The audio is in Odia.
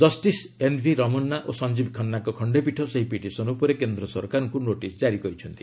ଜଷ୍ଟିସ୍ ଏନ୍ଭି ରମନା ଓ ସଫଜୀବ ଖାନ୍ନାଙ୍କ ଖଣ୍ଡପୀଠ ସେହି ପିଟିସନ ଉପରେ କେନ୍ଦ୍ର ସରକାରଙ୍କୁ ନୋଟିସ୍ ଜାରି କରିଛନ୍ତି